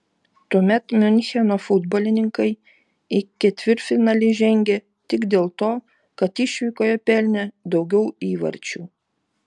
tuomet miuncheno futbolininkai į ketvirtfinalį žengė tik dėl to kad išvykoje pelnė daugiau įvarčių